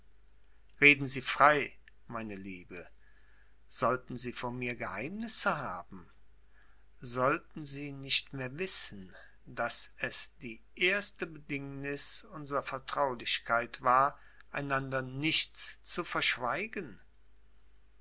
reden sie frei meine liebe sollten sie vor mir geheimnisse haben sollten sie nicht mehr wissen daß es die erste bedingnis unsrer vertraulichkeit war einander nichts zu verschweigen